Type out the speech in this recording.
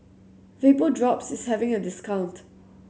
Vapodrops is having a discount